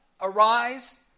arise